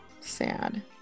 Sad